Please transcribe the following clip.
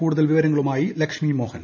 കൂടുതൽ വിവരങ്ങളുമായി ലക്ഷ്മി മോഹൻ